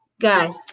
Guys